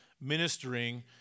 ministering